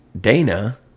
Dana